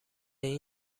این